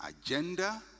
agenda